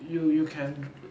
you you can